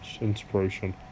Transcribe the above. inspiration